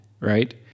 right